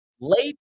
late